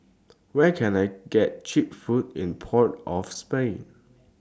Where Can I get Cheap Food in Port of Spain